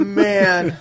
man